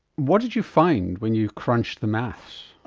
what did you find when you crunched the maths?